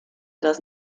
das